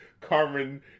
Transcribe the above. carmen